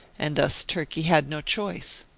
and thus turkey had no choice.